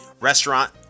restaurant